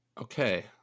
Okay